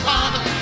Father